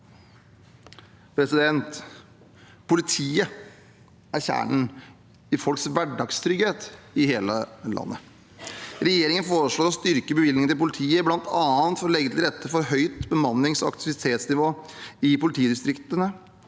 Politiet er kjernen i folks hverdagstrygghet i hele landet. Regjeringen foreslår å styrke bevilgningene til politiet bl.a. for å legge til rette for høyt bemannings- og aktivitetsnivå i politidistriktene,